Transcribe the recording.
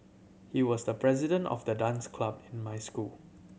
he was the president of the dance club in my school